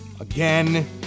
Again